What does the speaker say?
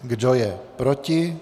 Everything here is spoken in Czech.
Kdo je proti?